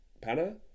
Panna